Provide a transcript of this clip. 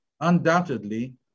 Undoubtedly